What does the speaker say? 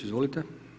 Izvolite.